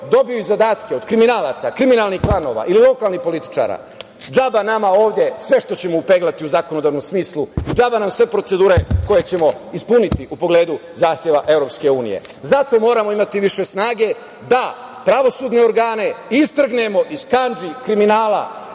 dobiju zadatke od kriminalaca, kriminalnih klanova ili lokalnih političara, džaba nama ovde sve što ćemo upeglati u zakonodavnom smislu, džaba nam sve procedure koje ćemo ispuniti u pogledu zahteva Evropske unije. Zato moramo imati više snage da pravosudne organe istrgnemo iz kandži kriminala,